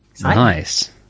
Nice